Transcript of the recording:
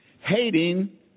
Hating